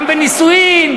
גם בנישואים,